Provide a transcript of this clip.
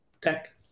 tech